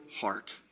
heart